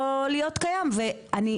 או להיות קיים ואני,